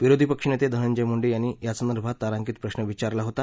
विरोधी पक्षनेते धनंजय मुंडे यांनी यासंदर्भात तारांकित प्रश्न विचारला होता